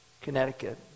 Connecticut